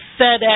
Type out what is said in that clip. FedEx